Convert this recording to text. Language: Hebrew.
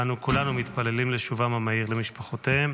ואנו כולנו מתפללים לשובם המהיר למשפחותיהם.